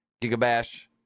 Gigabash